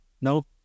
No